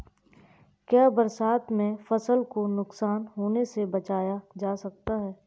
क्या बरसात में फसल को नुकसान होने से बचाया जा सकता है?